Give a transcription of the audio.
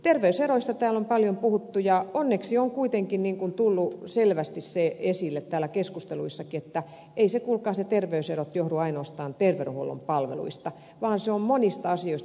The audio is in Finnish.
terveyseroista täällä on paljon puhuttu ja onneksi on kuitenkin tullut selvästi se esille täällä keskusteluissakin että eivät kuulkaas ne terveyserot johdu ainoastaan terveydenhuollon palveluista vaan monista asioista